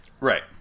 Right